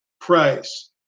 price